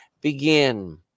begin